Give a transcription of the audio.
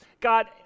God